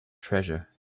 treasure